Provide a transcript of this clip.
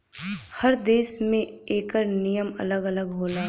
हर देस में कर नियम अलग अलग होला